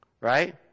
right